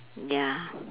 ya